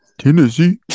Tennessee